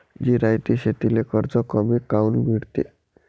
जिरायती शेतीले कर्ज कमी काऊन मिळते?